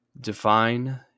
Define